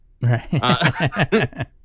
Right